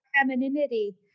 femininity